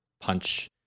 punch